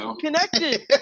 connected